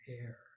air